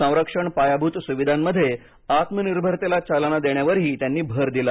संरक्षण पायाभूत सुविधांमध्ये आत्मनिर्भरतेला चालना देण्यावरही त्यांनी भर दिला